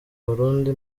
barundi